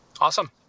Awesome